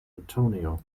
antonio